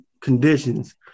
conditions